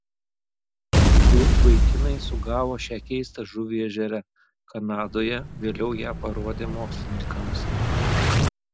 du vaikinai sugavo šią keistą žuvį ežere kanadoje vėliau ją parodė mokslininkams